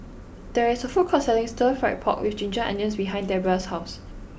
there is a food court selling Stir Fried Pork with Ginger Onions behind Debbra's house